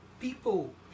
people